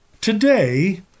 Today